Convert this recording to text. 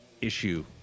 issue